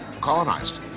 colonized